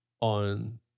on